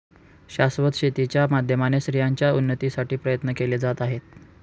शाश्वत शेती च्या माध्यमाने स्त्रियांच्या उन्नतीसाठी प्रयत्न केले जात आहे